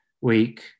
week